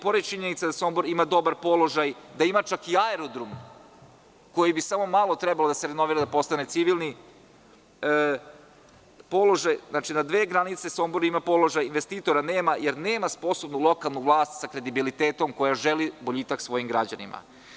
Pored činjenice da Sombor ima dobar položaj, da ima čak i aerodrom za koji bi samo malo trebalo da se renovira da postane civilni, na dve granice Sombor ima položaj, investitora nema, jer nema sposobnu lokalnu vlast sa kredibilitetom koja želi boljitak svojim građanima.